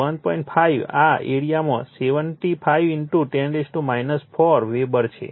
5 આ એરીઆમાં 75 10 4 વેબર છે